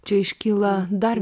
čia iškyla dar